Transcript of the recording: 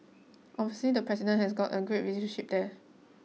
obviously the president has got a great relationship there